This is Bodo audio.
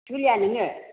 जुलिया नोङो